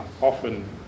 Often